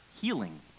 healing